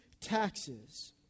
taxes